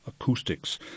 acoustics